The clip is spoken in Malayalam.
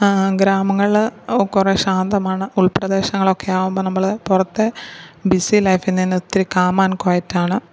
ഗ്രാമങ്ങളിൽ കുറേ ശാന്തമാണ് ഉള്പ്രദേശങ്ങളൊക്കെ ആകുമ്പം നമ്മൾ പുറത്തെ ബിസി ലൈഫില് നിന്നൊത്തിരി കാം ആന്ഡ് ക്വയറ്റാണ്